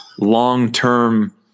long-term